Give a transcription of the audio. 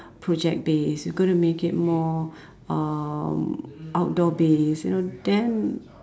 project based we going to make it more um outdoor base you know then